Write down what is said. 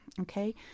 okay